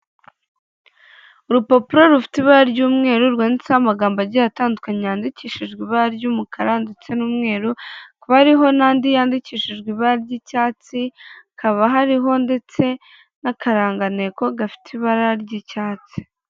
Urupapuro rufite ibara ry'umweru rwanditseho amagambo agiye atandukanye yandikishi ibara ry'umukara ndetse n'umweru, hakaba hariho n'andi yandikishijwe ibara ry'icyatsi, hakaba hariho ndetse n'akarangantego gafite ibara ry'icyatsi.